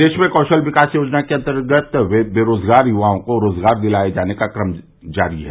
प्रदेश में कौशल विकास योजना के अन्तर्गत बेरोजगार युवाओं को रोजगार दिलाये जाने का क्रम जारी है